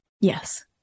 Yes